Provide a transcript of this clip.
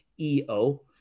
EO